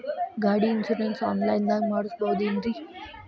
ಗಾಡಿ insurance online ದಾಗ ಮಾಡಸ್ಬಹುದೆನ್ರಿ?